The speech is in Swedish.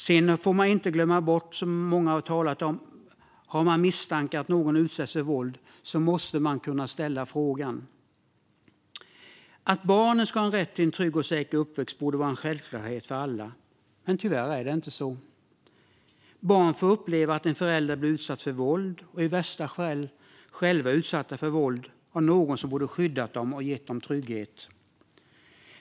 Sedan får man inte glömma bort, som många har talat om, att om man har misstankar att någon utsätts för våld måste man kunna ställa frågan. Att barnen ska ha rätt till en trygg och säker uppväxt borde vara en självklarhet för alla, men tyvärr är det inte så. Barn får uppleva att en förälder blir utsatt för våld och blir i värsta fall själva utsatta för våld av någon som borde ha skyddat dem och gett dem trygghet.